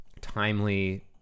timely